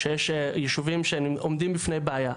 שיש ישובים שעומדים בפני בעיה,